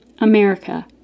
America